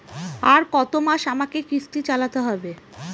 আর কতমাস আমাকে কিস্তি চালাতে হবে?